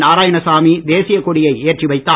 நாராயணசாமி தேசியக் கொடியை ஏற்றி வைத்தார்